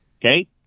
okay